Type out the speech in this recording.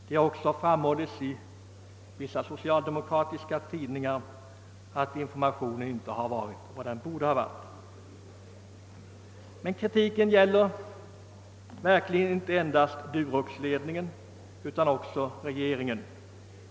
Det har också framhållits i vissa socialdemokratiska tidningar att informationen inte har varit vad den borde vara. Men kritiken gäller verkligen inte endast ledningen för Durox, utan också regeringen.